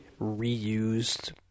reused